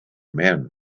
men